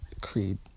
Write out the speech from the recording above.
Creed